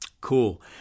Cool